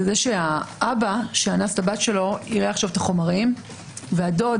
זה שהאב שאנס את בתו יראה את ם, החומרי והדוד